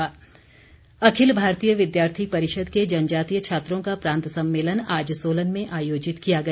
बिक्रम सिंह अखिल भारतीय विद्यार्थी परिषद के जनजातीय छात्रों का प्रांत सम्मेलन आज सोलन में आयोजित किया गया